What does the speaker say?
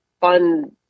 fun